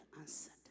answered